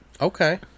Okay